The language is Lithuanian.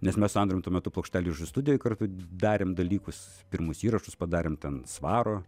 nes mes su andrium tuo metu plokštelių studijoj kartu darėm dalykus pirmus įrašus padarėm ten svaro